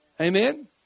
amen